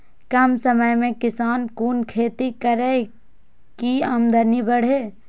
कम समय में किसान कुन खैती करै की आमदनी बढ़े?